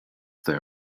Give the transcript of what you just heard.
their